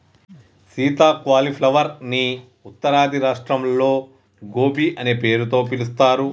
Sita cauliflower ని ఉత్తరాది రాష్ట్రాల్లో గోబీ అనే పేరుతో పిలుస్తారు